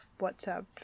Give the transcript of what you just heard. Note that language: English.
WhatsApp